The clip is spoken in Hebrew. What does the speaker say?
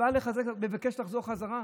בא לבקש לחזור בחזרה.